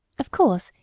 of course,